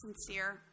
sincere